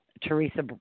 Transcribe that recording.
Teresa